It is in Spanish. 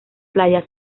playa